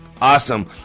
Awesome